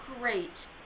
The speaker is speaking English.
Great